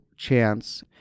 chance